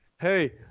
hey